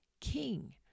king